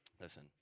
listen